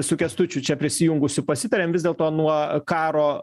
su kęstučiu čia prisijungusiu pasitarėm vis dėlto nuo karo